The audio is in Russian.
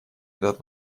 этот